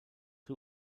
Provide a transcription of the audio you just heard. who